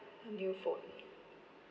new phone